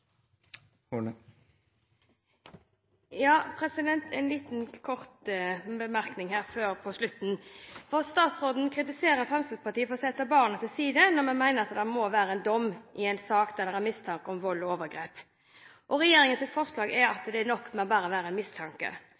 En kort bemerkning mot slutten: Statsråden kritiserer Fremskrittspartiet for å sette barnet til side når vi mener at det må være dom i en sak der det er mistanke om vold og overgrep. Regjeringens forslag er at det er nok at det bare er en mistanke.